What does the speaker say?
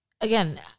again